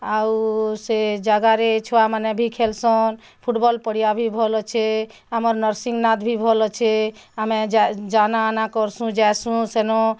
ଆଉ ସେ ଯାଗାରେ ଛୁଆମାନେ ବି ଖେଲ୍ସନ୍ ଫୁଟ୍ବଲ୍ ପଡ଼ିଆ ବି ଭଲ୍ ଅଛେ ଆମର ନରସିଂହନାଥ ବି ଭଲ୍ ଅଛେ ଆମେ ଜାନା ଆନା କରୁସୁଁ ଯାସୁଁ ସେନୁଁ